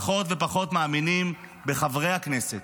פחות ופחות מאמינים בחברי הכנסת.